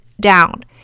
down